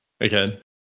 Again